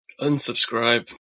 Unsubscribe